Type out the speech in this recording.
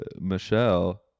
Michelle